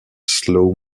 slow